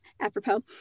apropos